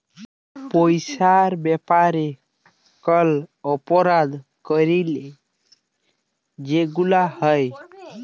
পইসার ব্যাপারে কল অপরাধ ক্যইরলে যেগুলা হ্যয়